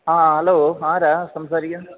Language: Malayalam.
ആ ഹലോ ആരാണ് സംസാരിക്കുന്നത്